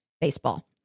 baseball